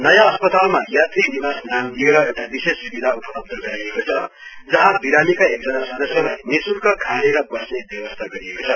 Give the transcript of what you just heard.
नयाँ अस्तपालमा यात्री निवास नाम दिएर एउटा विशेष सुविधा उपलब्ध गराइएको छ जहाँ विरामीका एकजना सद्स्यलाई निशुल्क खाने र बस्ने व्यवस्था गरिएको छ